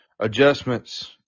adjustments